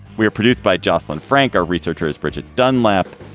we're produced by jocelyn frank, our researchers, bridget dunlap.